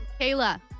Kayla